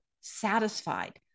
satisfied